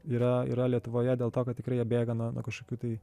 yra yra lietuvoje dėl to kad tikrai bėga nuo nuo kažkokių tai